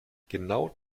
genau